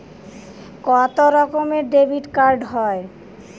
কত রকমের ডেবিটকার্ড হয়?